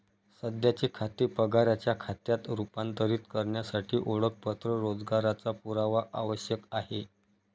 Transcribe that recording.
सध्याचे खाते पगाराच्या खात्यात रूपांतरित करण्यासाठी ओळखपत्र रोजगाराचा पुरावा आवश्यक आहे